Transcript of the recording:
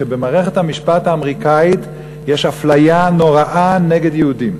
שבמערכת המשפט האמריקנית יש אפליה נוראה נגד יהודים.